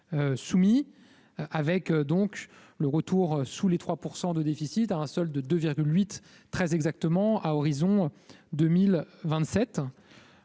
soumis, avec donc le retour sous les 3 % de déficit à un seul de 2 virgule huit très exactement à horizon 2027